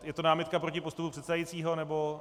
Je to námitka proti postupu předsedajícího, nebo...